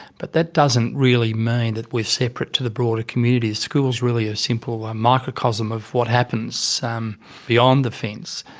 but that doesn't really mean that we are separate to the broader community. a school is really a simple ah microcosm of what happens um beyond the fence.